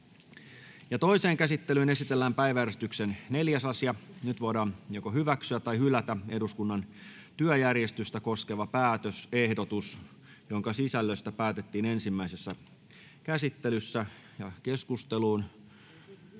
Toiseen käsittelyyn esitellään päiväjärjestyksen 6. asia. Nyt voidaan joko hyväksyä tai hylätä lakiehdotukset, joiden sisällöstä päätettiin ensimmäisessä käsittelyssä. Mennään keskusteluun.